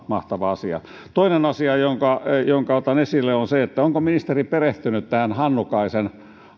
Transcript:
mahtava asia toinen asia jonka jonka otan esille on se että onko ministeri perehtynyt tähän hannukaisen